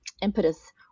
impetus